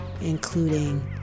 including